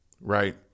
right